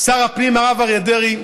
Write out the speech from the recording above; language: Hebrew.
שר הפנים הרב אריה דרעי,